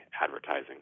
advertising